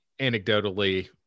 anecdotally